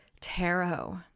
tarot